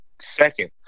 second